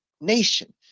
nation